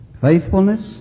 faithfulness